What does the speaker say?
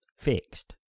fixed